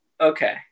Okay